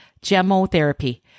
Gemotherapy